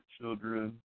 children